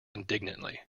indignantly